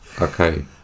Okay